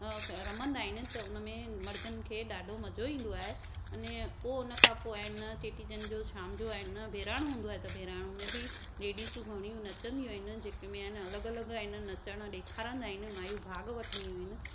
रमंदा आहिनि त हुन में मर्दनि खे ॾाढो मज़ो ईंदो आहे अने पोइ उन खां पोइ आहे न चेटीचंड जो शाम जो आहे न बहिराणो हूंदो आहे त बहिराणो में बि लेडीसूं घणियूं नचंदियूं आहिनि जेके में आहिनि अलॻि अलॻि आहिनि नचणु ॾेखारींदा आहिनि माइयूं भाग वठंदियूं आहिनि